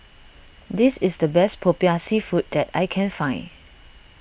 this is the best Popiah Seafood that I can find